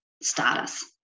status